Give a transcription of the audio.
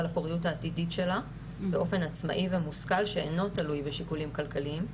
לפוריות העתידית שלה באופן עצמאי ומושכל שאינו תלוי בשיקולים כלכליים.